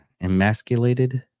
emasculated